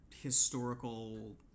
historical